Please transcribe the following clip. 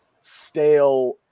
stale